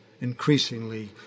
increasingly